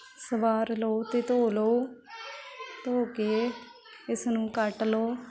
ਸਵਾਰ ਲਓ ਅਤੇ ਧੋ ਲਓ ਧੋ ਕੇ ਇਸਨੂੰ ਕੱਟ ਲਓ